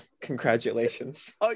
congratulations